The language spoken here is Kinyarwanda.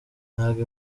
ntabwo